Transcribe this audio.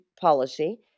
policy